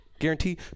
guarantee